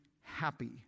happy